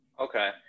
okay